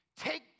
take